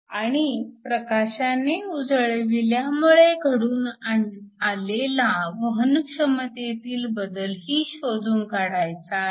आणि प्रकाशाने उजळविल्यामुळे घडून आलेला वहनक्षमतेतील बदलही शोधून काढायचा आहे